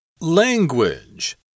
Language